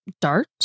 dart